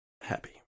happy